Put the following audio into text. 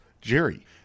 Jerry